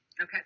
Okay